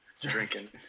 Drinking